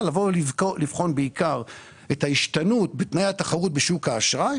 לבוא ולבחון בעיקר את ההשתנות בתנאי התחרות בשוק האשראי